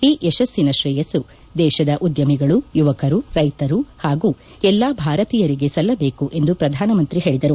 ಈ ಯಶಸ್ತಿನ ಶ್ರೇಯಸ್ತು ದೇಶದ ಉದ್ದಮಿಗಳು ಯುವಕರು ರೈತರು ಹಾಗೂ ಎಲ್ಲಾ ಭಾರತೀಯರಿಗೆ ಸಲ್ಲದೇಕು ಎಂದು ಶ್ರಧಾನಮಂತ್ರಿ ಹೇಳಿದರು